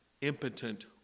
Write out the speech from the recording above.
impotent